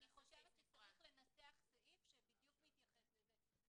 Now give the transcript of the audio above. חושבת שצריך לנסח סעיף שבדיוק מתייחס לזה.